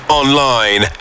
online